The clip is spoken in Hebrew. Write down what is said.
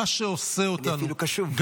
מה שעושה אותנו.